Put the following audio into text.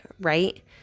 right